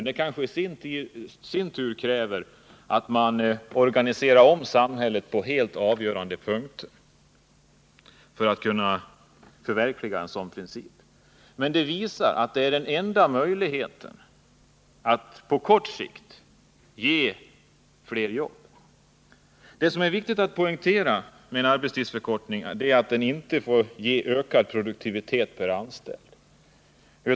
Det kan emellertid komma att krävas att samhället omorganiseras på flera avgörande punkter för att man skall kunna förverkliga en sådan här reform, men genomförandet av en arbetstidsförkortning är den enda möjligheten att på kort sikt skapa fler jobb. Något som är viktigt att poängtera när det gäller frågan om en arbetstidsförkortning är att denna inte får innebära att man kräver ökad produktivitet per anställd.